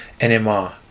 NMR